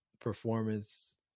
performance